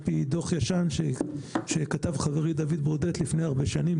פי דו"ח ישן שכתב חברי דוד ברודט לפני הרבה שנים,